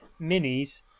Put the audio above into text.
Minis